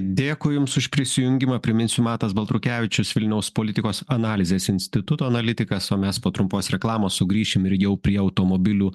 dėkui jums už prisijungimą priminsiu matas baltrukevičius vilniaus politikos analizės instituto analitikas o mes po trumpos reklamos sugrįšim ir jau prie automobilių